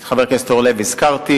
את חבר הכנסת אורלב הזכרתי.